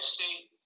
State